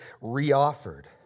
re-offered